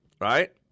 Right